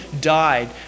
died